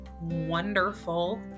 wonderful